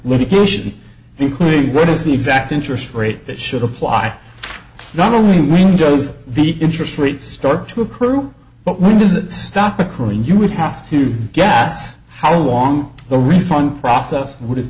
litigation including what is the exact interest rate that should apply not only windows deep interest rates start to accrue but when does it stop occurring you would have to gas how long the refund process would have